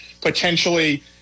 potentially